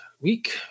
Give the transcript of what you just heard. week